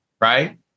Right